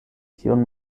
kion